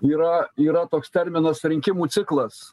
yra yra toks terminas rinkimų ciklas